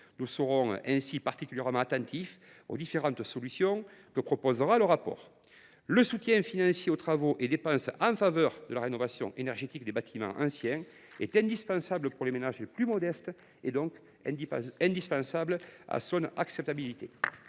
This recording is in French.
Nous serons ainsi particulièrement attentifs aux différentes solutions que proposera le rapport. Le soutien financier aux travaux et dépenses en faveur de la rénovation énergétique des bâtiments anciens est en effet indispensable pour les ménages les plus modestes, donc essentiel pour son acceptabilité.